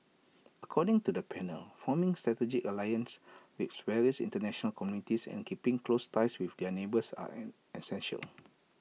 according to the panel forming strategic alliances with various International communities and keeping close ties with their neighbours are essential